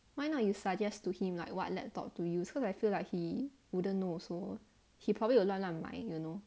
why not you suggest to him like what laptop to use cause I feel like he wouldn't know also he probably will 乱乱买 you know